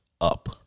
up